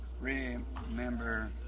remember